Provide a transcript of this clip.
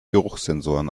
geruchssensoren